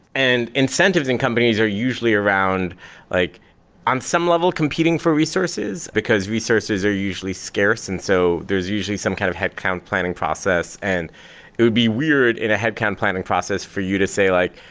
and incentives and companies are usually around like on some level, competing for resources, because resources are usually scarce, and so there's usually some kind of headcount planning process. and it it would be weird in a headcount planning process for you to say like,